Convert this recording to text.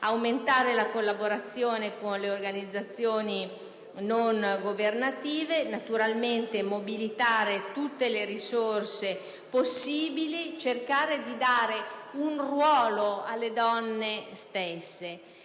aumentare la collaborazione con le organizzazioni non governative e, naturalmente, a mobilitare tutte le risorse possibili, cercando di assegnare un ruolo alle donne stesse.